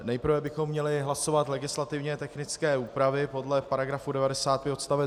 Nejprve bychom měli hlasovat legislativně technické úpravy podle § 95 odst.